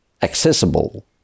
accessible